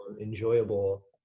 enjoyable